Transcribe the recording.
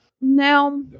Now